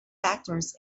factors